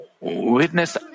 witness